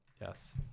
Yes